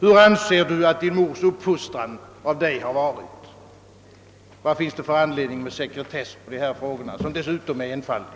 Hur anser du att din mors uppfostran av dig har varit? Vad finns det för anledning att sekretessbelägga dessa frågor, som för övrigt är enfaldiga?